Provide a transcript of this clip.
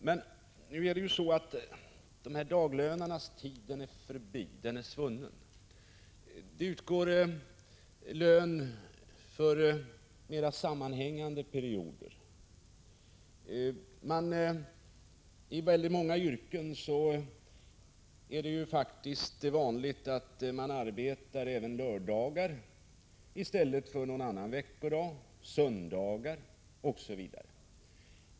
Men nu är ju daglönarnas tid svunnen och fördi. Det utgår lön för mer sammanhängande perioder. I många yrken är det vanligt att man arbetar lördagar eller söndagar i stället för någon annan veckodag.